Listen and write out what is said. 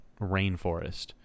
rainforest